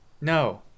No